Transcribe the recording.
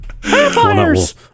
Vampires